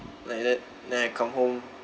like that then I come home